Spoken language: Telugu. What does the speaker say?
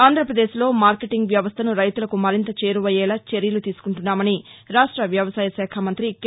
ఆంధ్రప్రదేశ్లో మార్కెటింగ్ వ్యవస్లను రైతులకు మరింత చేరువయ్యేలా చర్యలు తీసుకుంటున్నామని రాష్ట వ్యవసాయ శాఖ మంతి కె